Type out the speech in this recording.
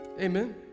amen